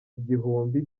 igihumbi